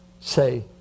Say